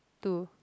two